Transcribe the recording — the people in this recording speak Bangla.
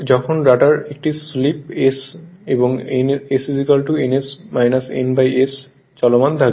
যখন রটার একটি স্লিপ s এবং s ns n s সহ চলমান থাকে